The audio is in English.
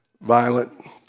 violent